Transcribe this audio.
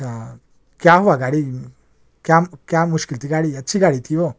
ہاں کیا ہوا گاڑی کیا کیا مشکل تھی گاڑی اچھی گاڑی تھی وہ